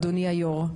אדוני היו"ר,